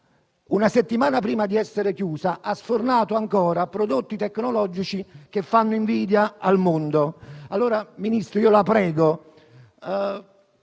una settimana prima di essere chiusa, ha sfornato ancora prodotti tecnologici che fanno invidia al mondo. Ministro, la prego,